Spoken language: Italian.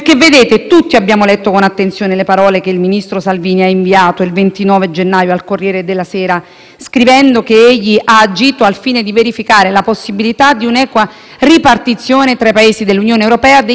scrivendo che egli ha agito al fine di verificare la possibilità di un'equa ripartizione tra i Paesi dell'Unione europea degli immigrati a bordo della nave Diciotti. Con quelle parole, però, il ministro Salvini ammette più di quello che dice: